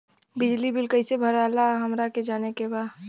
बिजली बिल कईसे भराला हमरा के जाने के बा?